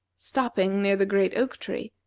stopping near the great oak-tree,